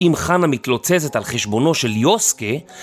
אם חנה מתלוצצת על חשבונו של יוסקה